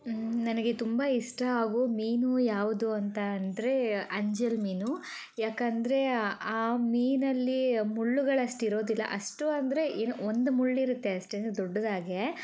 ನನಗೆ ತುಂಬ ಇಷ್ಟ ಆಗೋ ಮೀನು ಯಾವುದು ಅಂತ ಅಂದರೆ ಅಂಜಲ್ ಮೀನು ಯಾಕಂದರೆ ಆ ಮೀನಲ್ಲಿ ಮುಳ್ಳುಗಳಷ್ಟು ಇರೋದಿಲ್ಲ ಅಷ್ಟು ಅಂದರೆ ಒಂದು ಮುಳ್ಳು ಇರುತ್ತೆ ದೊಡ್ಡದಾಗಿ